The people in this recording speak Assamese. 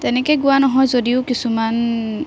তেনেকৈ গোৱা নহয় যদিও কিছুমান